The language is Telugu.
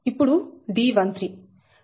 ఇప్పుడుD13